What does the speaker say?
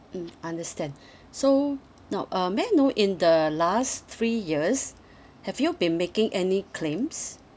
mmhmm understand so no uh may I know in the last three years have you been making any claims